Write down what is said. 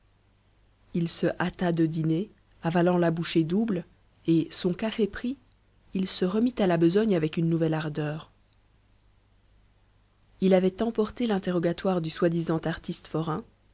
il se hâta de dîner avalant la bouchée double et son café pris il se remit à la besogne avec une nouvelle ardeur il avait emporté l'interrogatoire du soi-disant artiste forain